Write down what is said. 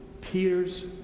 Peter's